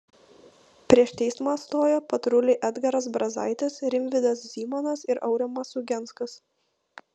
prieš teismą stojo patruliai edgaras brazaitis rimvydas zymonas ir aurimas ugenskas